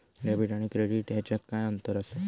Debit आणि credit ह्याच्यात काय अंतर असा?